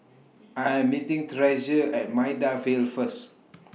I Am meeting Treasure At Maida Vale First